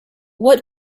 what